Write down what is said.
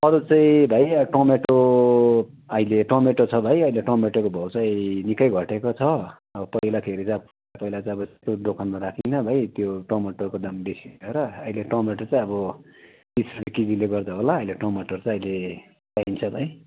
अरू चाहिँ भाइ यहाँ टोमेटो अहिले टोमेटो छ भाइ अहिले टोमेटोको भाउ चाहिँ निकै घटेको छ अब पहिलाको हेरी पहिला चाहिँ अब त्यो दोकानमा राखिनँ भाइ त्यो टमाटरको दाम बेसी भएर अहिले टोमेटो चाहिँ अब तिस रुपे केजीले गर्दा होला टमाटर चाहिँ अहिले पाइन्छ भाइ